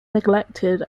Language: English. neglected